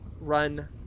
run